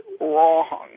wrong